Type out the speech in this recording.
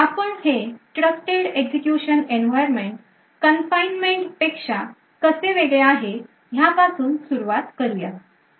आपण हे trusted execution environment confinement पेक्षा कसे वेगळे आहे ह्यापासून सुरुवात करूयात